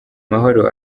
mahoro